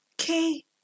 okay